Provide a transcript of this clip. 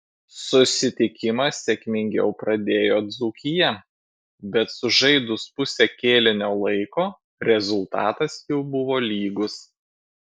susitikimą sėkmingiau pradėjo dzūkija bet sužaidus pusę kėlinio laiko rezultatas jau buvo lygus